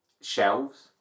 shelves